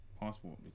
passport